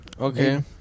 Okay